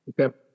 Okay